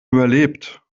überlebt